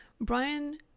Brian